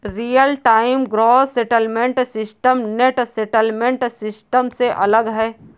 real time gross settlement system net settlement system से अलग है